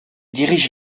dirige